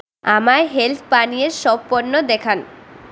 আমায় হেলথ পানীয়ের সব পণ্য দেখান